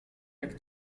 jak